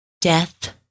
Death